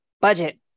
budget